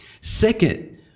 Second